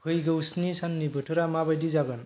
फैगौ स्नि साननि बोथोरा मा बायदि जागोन